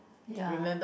ya